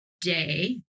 day